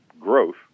Growth